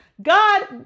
God